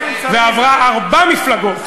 ועברה ארבע מפלגות,